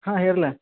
ಹಾಂ ಹೇರ್ಲಾ